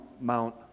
Mount